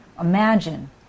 Imagine